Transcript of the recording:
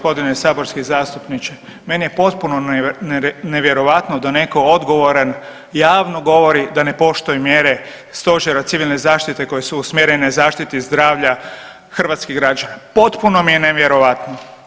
Poštovani g. saborski zastupniče, meni je potpuno nevjerojatno da netko odgovoran javno govori da ne poštuje mjere stožera civilne zaštite koje su usmjerene zaštiti zdravlja hrvatskih građana, potpuno mi je nevjerojatno.